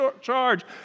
charge